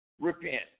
repent